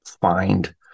find